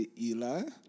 Eli